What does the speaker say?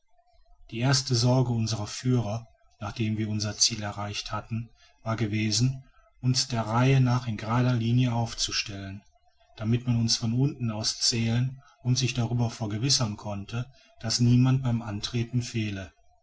die erste sorge unserer führer nachdem wir unser ziel erreicht hatten war gewesen uns der reihe nach in gerader linie aufzustellen damit man uns von unten aus zählen und sich darüber vergewissern könnte daß niemand beim antreten fehle